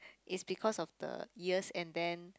is because of the years and then